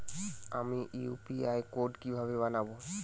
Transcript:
আমি UPI code কিভাবে বানাব?